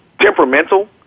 temperamental